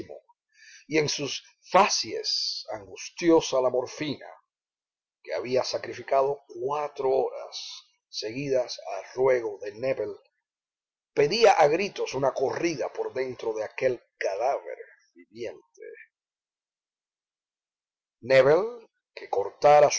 y en su facies angustiosa la morfina que había sacrificado cuatro horas seguidas a ruego de nébel pedía a gritos una corrida por dentro de aquel cadáver viviente nébel que cortara sus